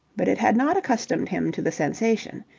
but it had not accustomed him to the sensation.